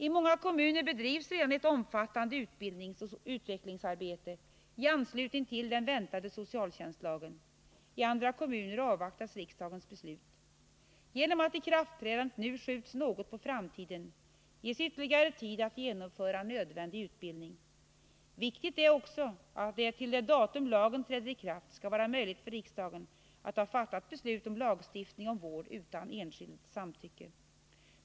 I många kommuner bedrivs redan ett omfattande utbildningsoch utvecklingsarbete i anslutning till den väntade socialtjänstlagen. I andra kommuner avvaktas riksdagens beslut. Genom att ikraftträdandet nu skjuts något på framtiden ges ytterligare tid att genomföra nödvändig utbildning. Viktigt är också att det till det datum lagen träder i kraft skall vara möjligt för riksdagen att ha fattat beslut om lagstiftning om vård utan enskilds samtycke.